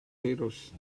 heroes